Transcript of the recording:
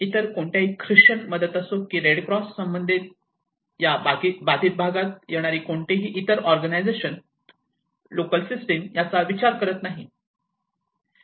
इतर कोणत्याही ख्रिश्चन मदत असो की रेड क्रॉस या बाधित भागात येणारी कोणतीही इतर ऑर्गनायझेशन लोकल सिस्टम याचा विचारही करत नाही